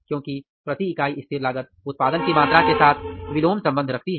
क्योंकि प्रति इकाई स्थिर लागत उत्पादन की मात्रा के साथ विलोम संबंध रखती है